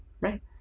right